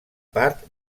part